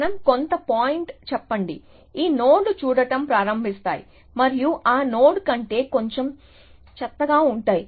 మనం కొంత పాయింట్ చెప్పండి ఈ నోడ్లు చూడటం ప్రారంభిస్తాయి మరియు ఆ నోడ్ కంటే కొంచెం చెత్తగా ఉంటాయి